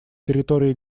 территории